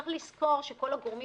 צריך לזכור שכל הגורמים